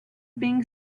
being